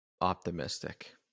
optimistic